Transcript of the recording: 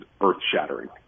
earth-shattering